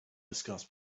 discuss